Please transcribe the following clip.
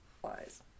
flies